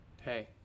Hey